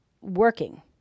working